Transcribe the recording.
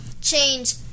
change